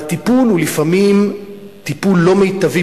והטיפול הוא לפעמים טיפול לא מיטבי,